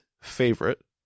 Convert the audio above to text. favorite